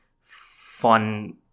fun